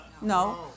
No